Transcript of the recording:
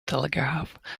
telegraph